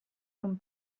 non